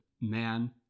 man